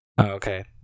Okay